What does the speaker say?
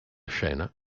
scena